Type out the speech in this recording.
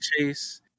chase